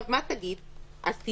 אז מה תגיד על זה?